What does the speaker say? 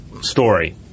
story